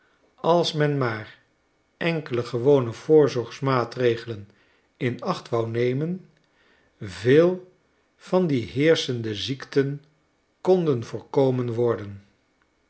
als men maar enkele gewone voorzorgsmaatregelen in acht wou nemen veel van die heerschende ziekten kon voorkomen worden